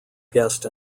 guest